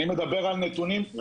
אני מדבר על נתונים.